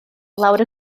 lawr